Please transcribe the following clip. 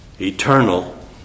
eternal